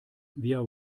via